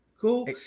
cool